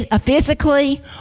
physically